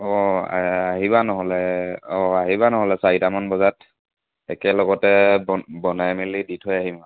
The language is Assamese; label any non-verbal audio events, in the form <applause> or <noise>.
অঁ আহিবা <unintelligible> নহ'লে অঁ আহিবা নহ'লে চাৰিটামান বজাত একেলগতে বন বনাই মিলি দি থৈ আহিম আৰু